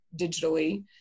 digitally